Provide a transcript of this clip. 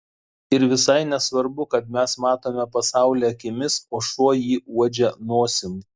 ir visai nesvarbu kad mes matome pasaulį akimis o šuo jį uodžia nosim